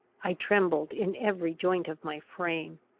i trembled in every joint of my frame.